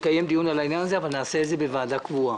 אבל נעשה את זה בוועדה קבועה.